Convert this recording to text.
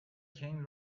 came